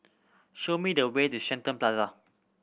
show me the way to Shenton Plaza